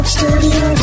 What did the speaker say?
Studio